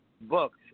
books